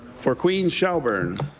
for queens-shelburne.